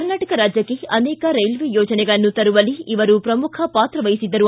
ಕರ್ನಾಟಕ ರಾಜ್ಯಕ್ಕೆ ಅನೇಕ ರೈಲ್ವೆ ಯೋಜನೆಗಳನ್ನು ತರುವಲ್ಲಿ ಇವರು ಪ್ರಮುಖ ಪಾತ್ರವನ್ನು ವಹಿಸಿದ್ದರು